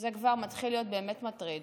זה כבר מתחיל להיות באמת מטריד.